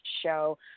show